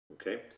Okay